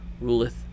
ruleth